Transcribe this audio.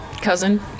cousin